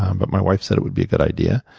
um but my wife said it would be a good idea.